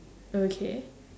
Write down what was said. okay